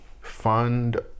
fund